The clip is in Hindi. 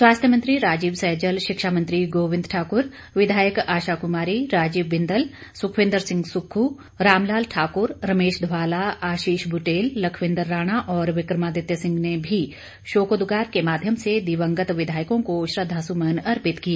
स्वास्थ्य मंत्री राजीव सैजल शिक्षा मंत्री गोविंद ठाकुर विधायक आशा कुमारी राजीव बिंदल सुखविंदर सुक्खू रामलाल ठाकुर रमेश धवाला आशीष बुटेल लखविंद्र राणा और विक्रमादित्य सिंह ने भी शोकोदगार के माध्यम से दिवंगत विधायकों को श्रद्वासुमन अर्पित किए